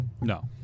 No